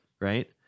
right